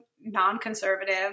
non-conservative